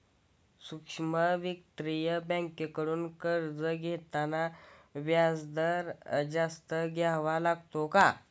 सूक्ष्म वित्तीय बँकांकडून कर्ज घेताना व्याजदर जास्त द्यावा लागतो का?